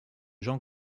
jean